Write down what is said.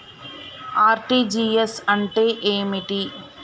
RTGS అంటే ఏమిటి?